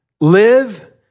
live